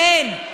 כן,